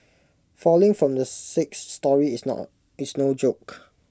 falling from the sixth storey is not is no joke